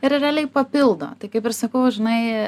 ir realiai papildo tai kaip ir sakau žinai